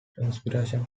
inspiration